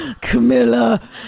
Camilla